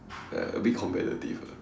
ya a bit competitive ah